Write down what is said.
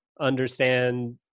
understand